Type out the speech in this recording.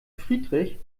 friedrich